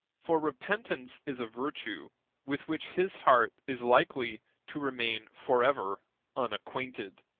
for repentance is a virtue with which his heart is likely to remain forever unacquainted.